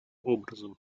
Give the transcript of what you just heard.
образом